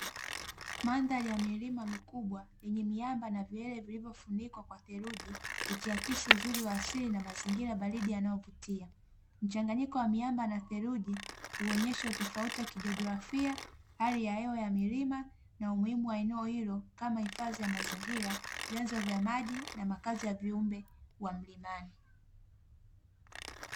Mandhari yenye milima mikubwa yenye miamba na vilele vilivyofunikwa kwa dheluji ikiakisi uzuri wa asili na mazingira baridi yanayovutia mchanganyiko wa miamba na dheluji kuonesha hali ya hewa ya milima na umuhimu wa eneo hilo kama hifadhi ya mazingira, vyanzo vya maji na makazi ya viumbe wa mlimani.